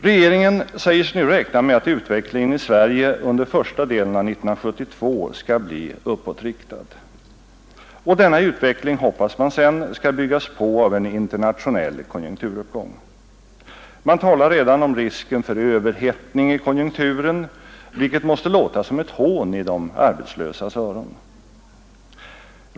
Regeringen säger sig nu räkna med att utvecklingen i Sverige under första delen av 1972 skall bli uppåtriktad. Och denna utveckling hoppas man sedan skall byggas på av en internationell konjunkturuppgång. Man talar redan om risken för överhettning i konjunkturen, vilket måste låta som ett hån i de arbetslösas öron.